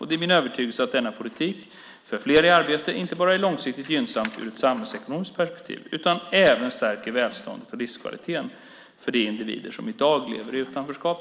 Det är min övertygelse att denna politik, för fler i arbete, inte bara är långsiktigt gynnsam ur ett samhällsekonomiskt perspektiv, utan även stärker välståndet och livskvaliteten för de individer som i dag lever i utanförskap.